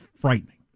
frightening